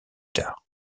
tard